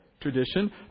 tradition